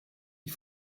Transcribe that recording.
die